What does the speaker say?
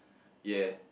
ya